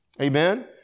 Amen